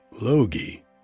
Logi